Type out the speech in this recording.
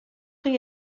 chi